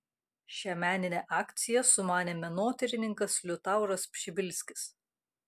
šią meninę akciją sumanė menotyrininkas liutauras pšibilskis